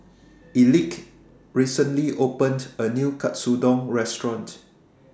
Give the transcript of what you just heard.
Elick recently opened A New Katsudon Restaurant